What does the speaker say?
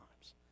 times